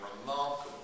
remarkable